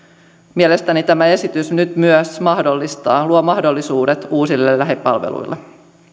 mielestäni tämä esitys nyt myös luo mahdollisuudet uusille lähipalveluille